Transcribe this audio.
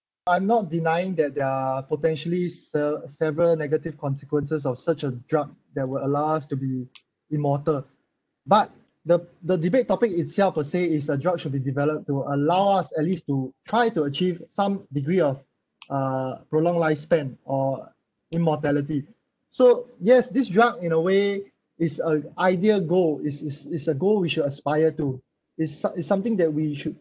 I'm not denying that there are potentially sev~ several negative consequences of such a drug that will allow us to be immortal but the the debate topic itself per se is a drug should be developed to allow us at least to try to achieve some degree of uh prolong lifespan or immortality so yes this drug in a way is a ideal goal it's it's it's a goal we should aspire to it's it's something that we should